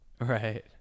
right